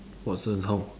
Watsons how